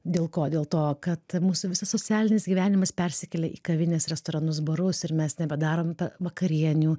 dėl ko dėl to kad mūsų visas socialinis gyvenimas persikėlė į kavines restoranus barus ir mes nebedarom vakarienių